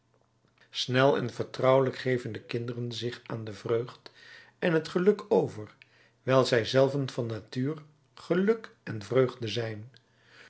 snel en vertrouwelijk geven de kinderen zich aan de vreugd en het geluk over wijl zij zelven van natuur geluk en vreugde zijn